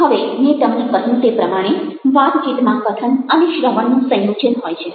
હવે મેં તમને કહ્યું તે પ્રમાણે વાતચીતમાં કથન અને શ્રવણનું સંયોજન હોય છે